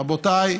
רבותיי,